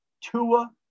Tua